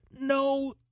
no